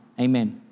Amen